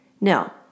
No